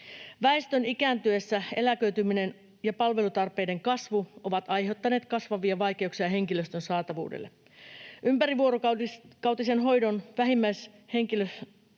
Väestön ikääntyessä eläköityminen ja palveluntarpeiden kasvu ovat aiheuttaneet kasvavia haasteita henkilöstön saatavuudelle. Ympärivuorokautisen hoidon vähimmäishenkilöstömitoitusta